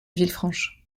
villefranche